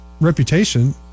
reputation